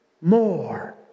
more